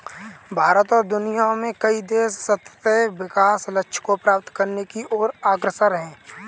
भारत और दुनिया में कई देश सतत् विकास लक्ष्य को प्राप्त करने की ओर अग्रसर है